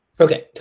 Okay